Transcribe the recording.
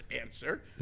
answer